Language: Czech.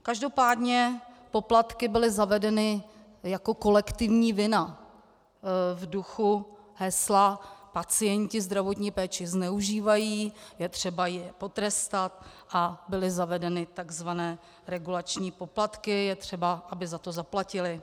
Každopádně poplatky byly zavedeny jako kolektivní vina v duchu hesla pacienti zdravotní péči zneužívají, je třeba je potrestat, a byly zavedeny tzv. regulační poplatky, je třeba, aby za to zaplatili.